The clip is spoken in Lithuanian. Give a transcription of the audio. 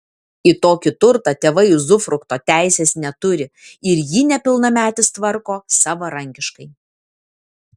į tokį turtą tėvai uzufrukto teisės neturi ir jį nepilnametis tvarko savarankiškai